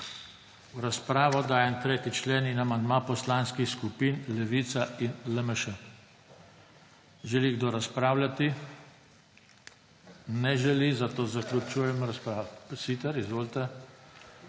V razpravo dajem 3. člen in amandma poslanskih skupin Levica in LMŠ. Želi kdo razpravljati? Ne želi, zato zaključujem razpravo. Siter, izvolite.